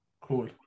Cool